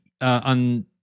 on